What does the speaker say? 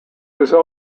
also